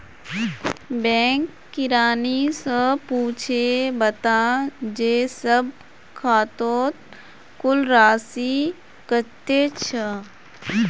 bank किरानी स पूछे बता जे सब खातौत कुल राशि कत्ते छ